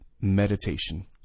meditation